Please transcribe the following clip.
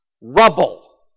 rubble